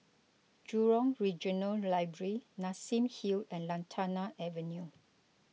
Jurong Regional Library Nassim Hill and Lantana Avenue